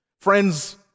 Friends